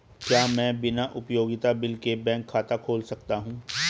क्या मैं बिना उपयोगिता बिल के बैंक खाता खोल सकता हूँ?